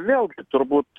vėlgi turbūt